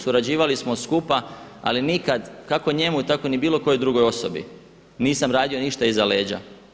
Surađivali smo skupa ali nikad kako njemu tako ni bilo kojoj drugoj osobi nisam radio ništa iza leđa.